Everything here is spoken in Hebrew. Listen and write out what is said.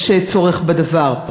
יש צורך בדבר.